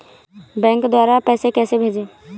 Bank द्वारा पैसे कैसे भेजें?